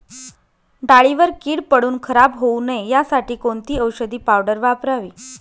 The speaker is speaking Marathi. डाळीवर कीड पडून खराब होऊ नये यासाठी कोणती औषधी पावडर वापरावी?